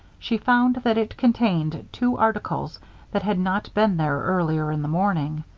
she found that it contained two articles that had not been there earlier in the morning.